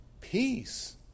peace